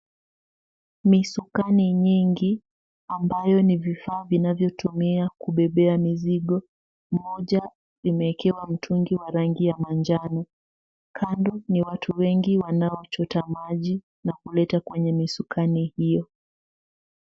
Misukani nyingi, ambayo ni vifaa vinavyotumia kubebea mizigo, moja imeekewa mtungi wa rangi ya manjano. Kando, ni watu wengi wanaochota maji na kuleta kwenye misukani hiyo.